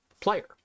player